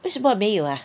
为什么没有 ah